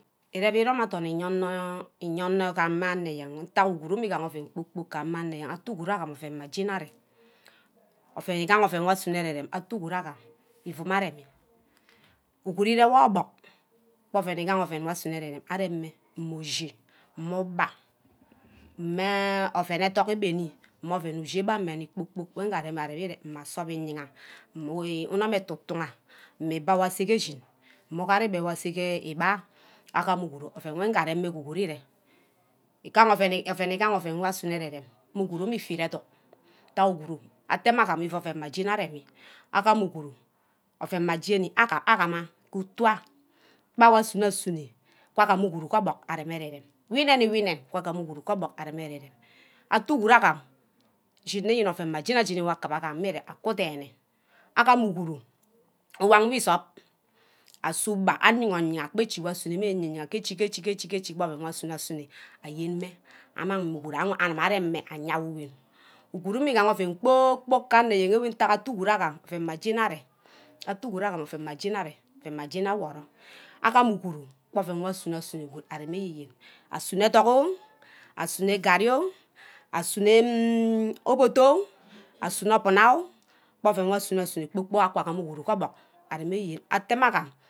Ereme irom adorn iye anor, iye anor gama anor eyen ntack uguru migaha ouen kpor-kpork ga amah eneyen, atu uguru agam ouen mma jeni arear, ouen igaha ouen wir asunor ere-rem, atu ugurú agam iuum areme, uguru ire-wor gee obuck, bang ouen igehe ouen wor asunor are-rem, areme mushi, mmu gba, meh ouen edycj igbeni, meh ouen ushi wor gbeni kpor-kpork wor na areme ire, mmah sup iyerah, mma unum etutugor, mmah ipai wor ase gee eshin, mmah ugari ibeh wor aseh ke igbai ayo. Agam uguru ouen wor nga areme ke uguru ere, igaha ouen igaha ouen wor asunor ere-rem meh usuru mmeh efiat edunck, ntag uguru atemehvagam mmeh ouen ma jeni aremi, agam uguru ouen mma jeni agama ke upu ah, gba wor asunor asunor, gwa agamu úguru je olbuck aremehvgee yen, ouen wi nen-wor inen guma uguru gee obuck, aremeh geh arear-rem, atu uguru agam ghineh yene ouen mma jeni-ajeni wor akiba kee ami re, agam uguru wuwang wor isup, asuba aworyina kpe echi wor asunomeh ke eyeah yeah ke echi-ke echi gba ouen wor asunor asunor, ayenmen amang meh uguru ewe aremeh ayawini, uguru immigaha ouen kpor-kpork ke anor yen enwe, atteh uguru agam ouen mma jeni arear, ma jeni aworoh, agam uguru gba ouen good wor asunor asunor aremeh eyen, asunor ethok oh, asunor garii oh, esunor enh obodor, asunor obina oh, gba ouen wor aɛunor asunor ouen kpor-kpor agama uguru gee obuck areme eyen, atemeh agam